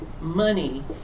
money